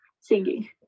singing